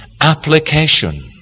application